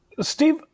Steve